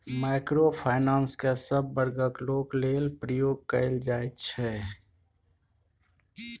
micro finance केँ सब बर्गक लोक लेल प्रयोग कएल जाइ छै